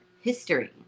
history